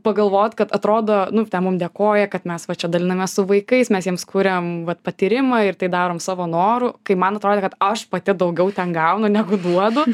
pagalvot kad atrodo nu ten mum dėkoja kad mes va čia dalinamės su vaikais mes jiems kuriam vat patyrimą ir tai darom savo noru kai man atrodė kad aš pati daugiau ten gaunu negu duodu